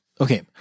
okay